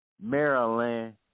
Maryland